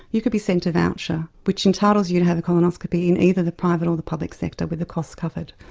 you could be sent a voucher which entitles you to have a colonoscopy in either the private or the public sector with the cost covered.